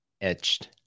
etched